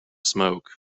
smoke